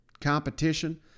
competition